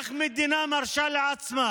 איך מדינה מרשה לעצמה